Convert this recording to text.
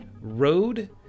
road